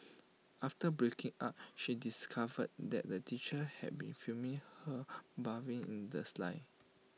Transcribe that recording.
after breaking up she discovered that the teacher had been filming her bathing in the sly